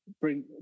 bring